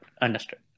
Understood